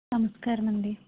నమస్కారం అండి